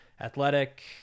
athletic